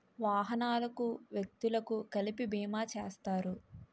వాహనాలకు వ్యక్తులకు కలిపి బీమా చేస్తారు